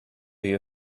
you